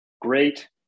great